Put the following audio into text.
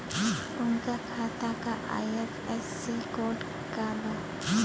उनका खाता का आई.एफ.एस.सी कोड का बा?